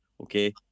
okay